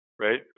Right